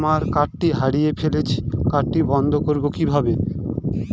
আমার কার্ডটি হারিয়ে ফেলেছি কার্ডটি বন্ধ করব কিভাবে?